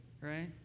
right